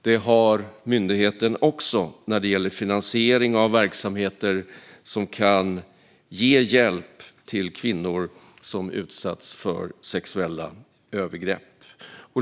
Det har myndigheten också när det gäller finansiering av verksamheter som kan ge hjälp till kvinnor som utsatts för sexuella övergrepp.